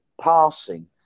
passing